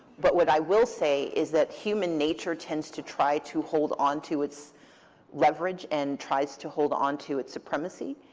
but what i will say is that human nature tends to try to hold onto its leverage and tries to hold onto its supremacy.